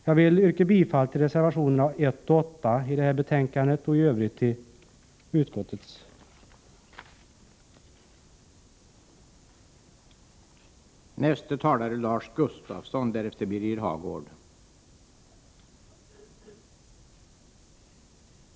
Jag yrkar bifall till reservationerna 1 och 8 och i övrigt till utskottets hemställan.